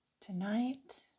Tonight